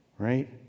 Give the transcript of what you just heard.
Right